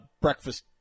breakfast